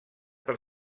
per